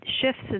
Shifts